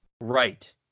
right